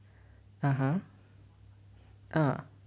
(uh huh) ah